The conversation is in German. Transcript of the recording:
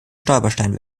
stolperstein